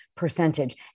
Percentage